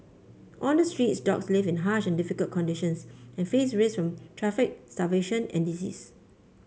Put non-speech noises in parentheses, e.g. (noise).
on the streets dogs live in harsh and difficult conditions and face (unintelligible) traffic starvation and disease